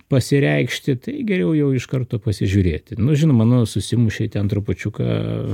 pasireikšti tai geriau jau iš karto pasižiūrėti nuvažiavau namo susimušei ten trupučiuką